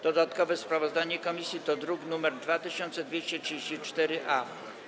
Dodatkowe sprawozdanie komisji to druk nr 2234-A.